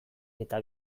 eta